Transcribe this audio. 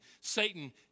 Satan